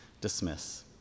dismiss